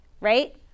right